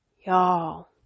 Y'all